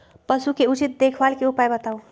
पशु के उचित देखभाल के उपाय बताऊ?